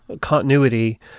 continuity